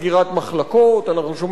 אנחנו שומעים על משבר מתמחים,